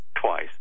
twice